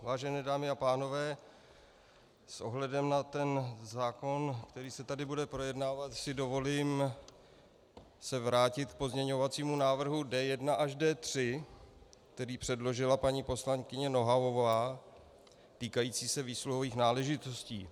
Vážené dámy a pánové, s ohledem na zákon, který se tady bude projednávat, si dovolím se vrátit k pozměňovacímu návrhu D1 až D3, který předložila paní poslankyně Nohavová, týkajícímu se výsluhových náležitostí.